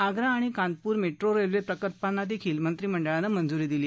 आग्रा आणि Kanpur metro railway प्रकल्पांना मंत्रिमंडळानं मंजुरी दिली